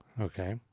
Okay